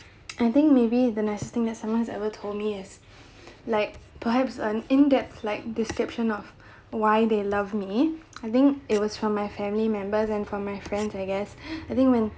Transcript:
I think maybe the nicest thing that someone has ever told me is like perhaps an in depth like description of why they love me I think it was from my family members and from my friends I guess I think when